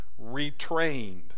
retrained